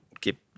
keep